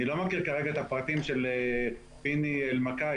אני לא מכיר כרגע את הפרטים של פיני אלמקייס,